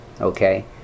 okay